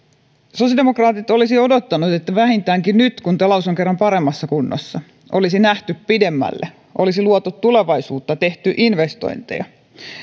sosiaalidemokraatit olisivat odottaneet että vähintäänkin nyt kun talous on kerran paremmassa kunnossa olisi nähty pidemmälle olisi luotu tulevaisuutta ja tehty investointeja